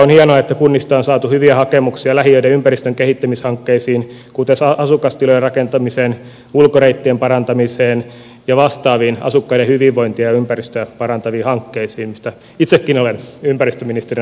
on hienoa että kunnista on saatu hyviä hakemuksia lähiöiden ympäristön kehittämishankkeisiin kuten asukastilojen rakentamiseen ulkoreittien parantamiseen ja vastaaviin asukkaiden hyvinvointia ja ympäristöä parantaviin hankkeisiin mistä itsekin olen ympäristöministerinä iloinen